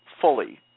fully